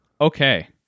Okay